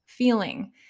feeling